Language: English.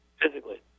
physically